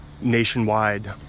nationwide